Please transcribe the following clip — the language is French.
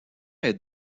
est